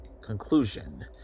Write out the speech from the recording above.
Conclusion